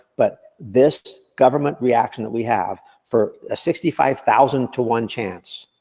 but this government reaction that we have, for a sixty five thousand to one chance,